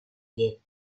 pie